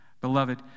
Beloved